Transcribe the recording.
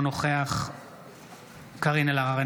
אינו נוכח קארין אלהרר,